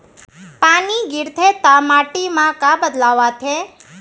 पानी गिरथे ता माटी मा का बदलाव आथे?